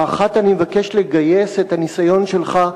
האחת, אני מבקש לגייס את הניסיון שלך,